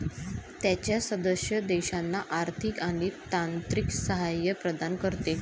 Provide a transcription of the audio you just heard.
त्याच्या सदस्य देशांना आर्थिक आणि तांत्रिक सहाय्य प्रदान करते